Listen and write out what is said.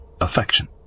affection